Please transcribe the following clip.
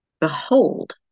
behold